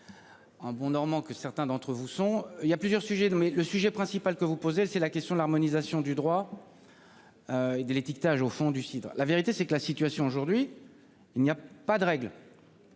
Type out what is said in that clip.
En bon normand que certains d'entre vous sont il y a plusieurs sujets de. Mais le sujet principal que vous posez c'est la question de l'harmonisation du droit. Et de l'étiquetage au fond du cidre. La vérité c'est que la situation aujourd'hui. Il n'y a pas de règles.